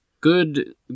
good